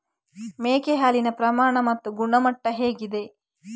ಮೇಕೆ ಹಾಲಿನ ಪ್ರಮಾಣ ಮತ್ತು ಗುಣಮಟ್ಟ ಹೇಗಿದೆ?